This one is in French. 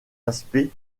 aspects